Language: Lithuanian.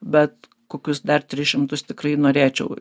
bet kokius dar tris šimtus tikrai norėčiau